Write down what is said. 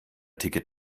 ticket